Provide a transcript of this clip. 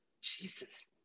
Jesus